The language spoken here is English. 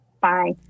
Bye